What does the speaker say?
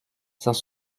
sans